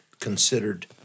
considered